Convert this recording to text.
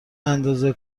اندازه